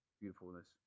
beautifulness